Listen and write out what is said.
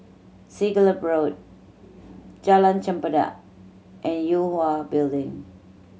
Siglap Road Jalan Chempedak and Yue Hwa Building